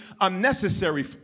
unnecessary